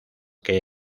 que